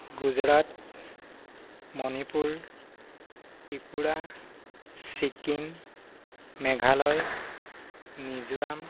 Gujarat Manipur Tripura Sikkim Meghalaya Mizoram